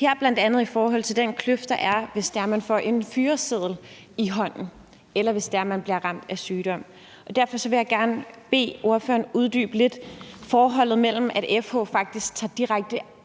her bl.a. i forhold til den kløft, der er, hvis man får en fyreseddel i hånden, eller hvis man bliver ramt af sygdom. Derfor vil jeg gerne bede ordføreren uddybe forholdet mellem Dansk